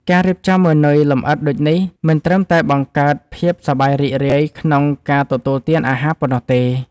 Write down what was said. ការរៀបចំម៉ឺនុយលម្អិតដូចនេះ មិនត្រឹមតែបង្កើតភាពសប្បាយរីករាយក្នុងការទទួលទានអាហារប៉ុណ្ណោះទេ។